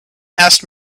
asked